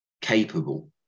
capable